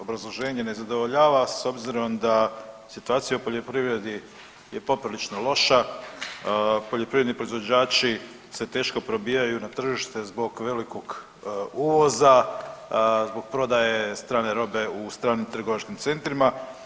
Obrazloženje ne zadovoljava s obzirom da situacija u poljoprivredi je poprilično loša, poljoprivredni proizvođači se teško probijaju na tržište zbog velikog uvoza, zbog prodaje strane robe u stranim trgovačkim centrima.